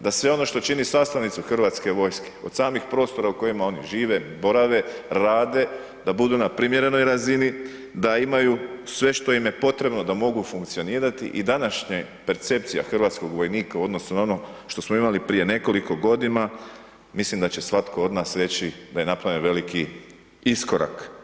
da sve ono što čini sastavnicu HV-a od samih prostora u kojima oni žive, borave, rade, da budu na primjerenoj razini, da imaju sve što im je potrebno da mogu funkcionirati i današnja percepcija hrvatskog vojnika u odnosu na ono što smo imali prije nekoliko godina, mislim da će svatko od nas reći da je napravljen veliki iskorak.